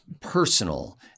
personal